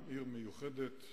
עיר מיוחדת,